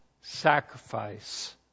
sacrifice